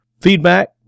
feedback